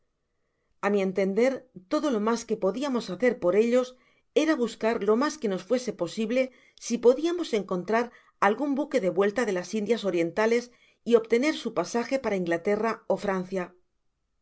a mi entender todo lo mas que podiamos hacer por ellos era buscar lo mas que nos fuese posible si podia mos encontrar algun buque de vuelta de las indias orientales y obtener su pasage para inglaterra ó francia